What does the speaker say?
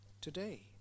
today